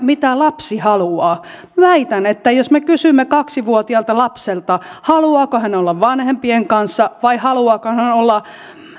mitä lapsi haluaa väitän että jos me kysymme kaksivuotiaalta lapselta haluaako hän olla vanhempien kanssa vai haluaako hän olla